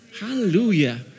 Hallelujah